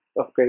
okay